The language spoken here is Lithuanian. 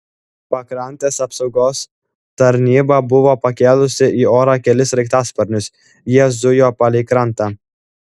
pakrantės apsaugos tarnyba buvo pakėlusi į orą kelis sraigtasparnius jie zujo palei krantą